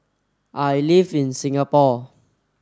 I live in Singapore